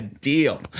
Deal